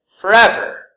forever